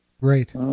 Right